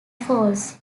falls